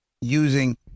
using